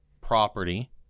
property